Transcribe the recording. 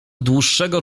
dłuższego